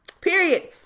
Period